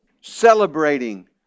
Celebrating